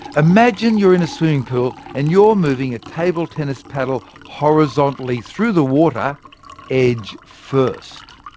imagine you're in a swimming pool, and you're moving a table-tennis paddle horizontally through the water edge first.